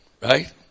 right